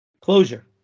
Closure